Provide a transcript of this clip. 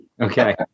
Okay